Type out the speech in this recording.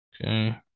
Okay